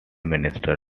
minister